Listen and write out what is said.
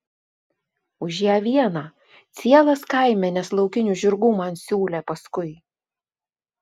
už ją vieną cielas kaimenes laukinių žirgų man siūlė paskui